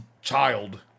child